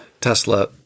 Tesla